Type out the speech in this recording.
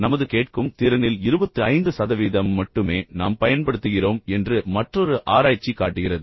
நமது கேட்கும் திறனில் 25 சதவீதம் மட்டுமே நாம் பயன்படுத்துகிறோம் என்று மற்றொரு ஆராய்ச்சி காட்டுகிறது